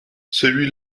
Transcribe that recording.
celui